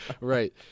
Right